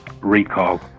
Recall